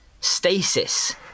stasis